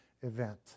event